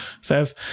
says